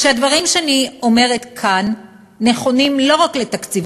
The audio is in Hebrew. שהדברים שאני אומרת כאן נכונים לא רק לתקציב